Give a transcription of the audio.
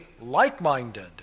like-minded